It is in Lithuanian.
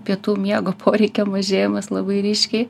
pietų miego poreikio mažėjimas labai ryškiai